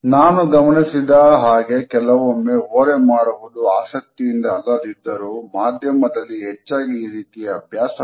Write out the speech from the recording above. ನಾನು ಗಮನಿಸಿದ ಹಾಗೆ ಕೆಲವೊಮ್ಮೆ ಓರೆ ಮಾಡುವುದು ಆಸಕ್ತಿಯಿಂದ ಅಲ್ಲದಿದ್ದರೂ ಮಾಧ್ಯಮದಲ್ಲಿ ಹೆಚ್ಚಾಗಿ ಈ ರೀತಿಯ ಅಭ್ಯಾಸವಿದೆ